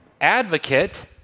advocate